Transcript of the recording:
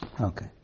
Okay